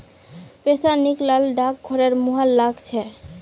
पैसा निकला ल डाकघरेर मुहर लाग छेक